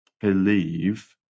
believe